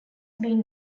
been